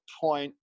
point